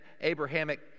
Abrahamic